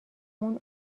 اون